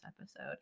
episode